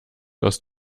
aus